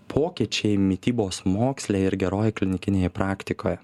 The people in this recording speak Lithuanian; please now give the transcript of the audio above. pokyčiai mitybos moksle ir gerojoj klinikinėje praktikoje